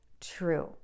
true